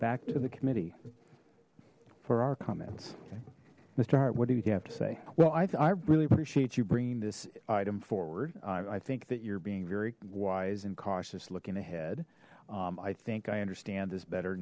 back to the committee for our comments mister hart what do you have to say well i really appreciate you bringing this item forward i think that you're being very wise and cautious looking ahead i think i understand this better